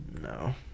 No